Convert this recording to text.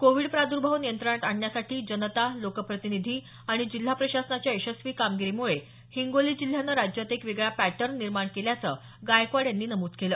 Covid प्रादर्भाव नियंत्रणात आणण्यासाठी जनता लोकप्रतिनिधी आणि जिल्हा प्रशासनाच्या यशस्वी कामगिरीमुळे हिंगोली जिल्ह्याने राज्यात एक वेगळा पॅटर्न निर्माण केल्याचं गायकवाड यांनी नमूद केलं